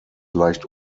leicht